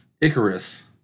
icarus